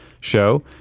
show